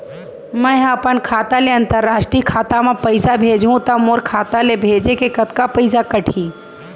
मै ह अपन खाता ले, अंतरराष्ट्रीय खाता मा पइसा भेजहु त मोर खाता ले, भेजे के कतका पइसा कटही?